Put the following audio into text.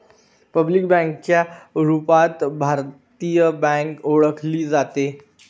public बँकेच्या रूपात भारतीय बँक ओळखली जाते